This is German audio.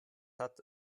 hat